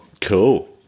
Cool